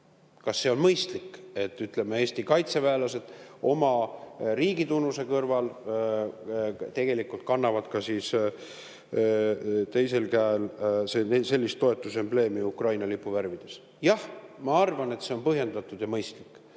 Kas see on mõistlik, et Eesti kaitseväelased oma riigi tunnuse kõrval kannavad teisel käel ka sellist toetusembleemi Ukraina lipu värvides? Jah, ma arvan, et see on põhjendatud ja mõistlik,